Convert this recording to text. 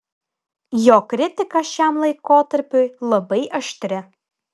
jo kritika šiam laikotarpiui labai aštri